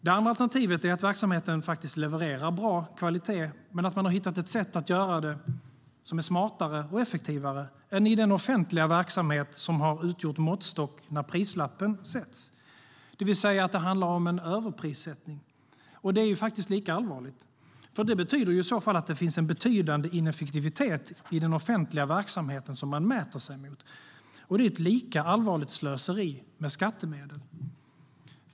Det andra alternativet är att verksamheten faktiskt levererar bra kvalitet men att man har hittat ett sätt att göra det som är smartare och effektivare än den offentliga verksamhet som har utgjort måttstock när prislappen sätts. Det vill säga att det handlar om överprissättning, vilket faktiskt är lika allvarligt. Det betyder ju i så fall att det finns en betydande ineffektivitet i den offentliga verksamhet som man mäter sig mot, och det är ett lika allvarligt slöseri med skattemedel.